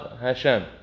Hashem